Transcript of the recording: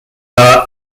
are